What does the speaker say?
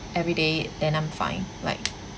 every day then I'm fine like